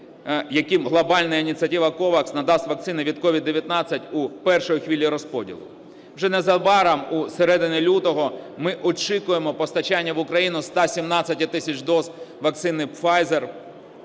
яким глобальна ініціатива COVAX надасть вакцини від COVID-19 у першій хвилі розподілу. Вже незабаром у середині лютого ми очікуємо постачання в Україну 117 тисяч доз вакцини Pfizer